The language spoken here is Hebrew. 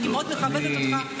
ואני מאוד מכבדת אותך,